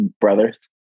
brothers